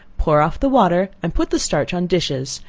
pour off the water and put the starch on dishes,